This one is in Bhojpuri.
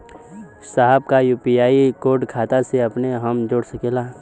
साहब का यू.पी.आई कोड खाता से अपने हम जोड़ सकेला?